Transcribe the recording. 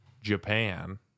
Japan